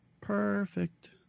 Perfect